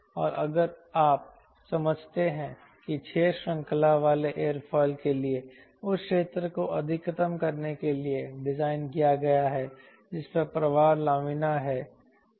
और अगर आप समझते हैं कि 6 श्रृंखला वाले एयरोफिल के लिए उस क्षेत्र को अधिकतम करने के लिए डिज़ाइन किया गया है जिस पर प्रवाह लामिना है